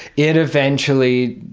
it eventually,